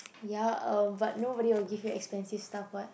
ya uh but nobody will give you expensive stuff [what]